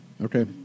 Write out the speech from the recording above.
Okay